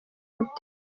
hotel